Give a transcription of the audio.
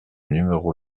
numéro